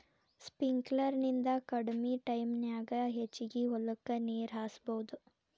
sprinkler ನಿಂದ ಕಡಮಿ ಟೈಮನ್ಯಾಗ ಹೆಚಗಿ ಹೊಲಕ್ಕ ನೇರ ಹಾಸಬಹುದು